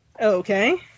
Okay